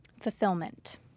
Fulfillment